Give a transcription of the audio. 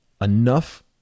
enough